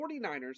49ers